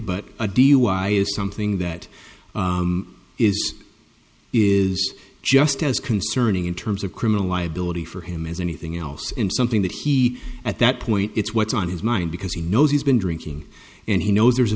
but a dui is something that is is just as concerning in terms of criminal liability for him as anything else in something that he at that point it's what's on his mind because he knows he's been drinking and he knows there's a